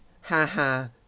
ha-ha